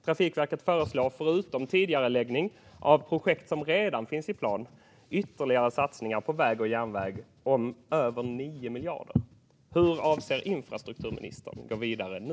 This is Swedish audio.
Trafikverket föreslår, förutom tidigareläggning av projekt som redan finns i planen, ytterligare satsningar på väg och järnväg för över 9 miljarder. Hur avser infrastrukturministern att gå vidare nu?